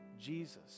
Jesus